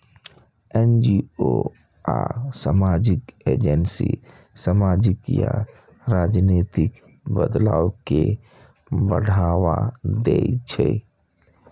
NGO आ सामाजिक agency सामाजिक या राजनीतिक बदलाव कें बढ़ावा दै छै